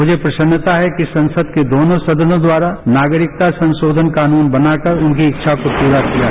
मुझे प्रसन्नता है कि संसद के दोनों सदनों द्वारा नागरिकता संशोधन कानून बनाकर उनकी इच्छा को पूरा किया गया